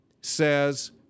says